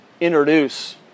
introduce